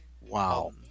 Wow